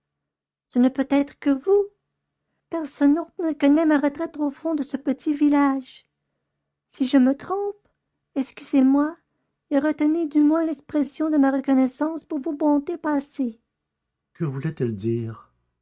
ce ne peut être que vous personne autre ne connaît ma retraite au fond de ce petit village si je me trompe excusez-moi et retenez du moins l'expression de ma reconnaissance pour vos bontés passées que voulait-elle dire